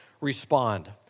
respond